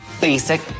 Basic